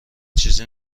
چیزی